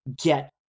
get